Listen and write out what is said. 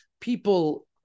people